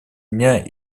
дня